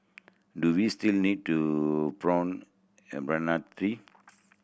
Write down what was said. do we still need to prune tree